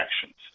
actions